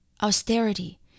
Austerity